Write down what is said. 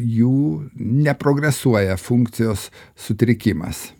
jų neprogresuoja funkcijos sutrikimas